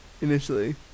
initially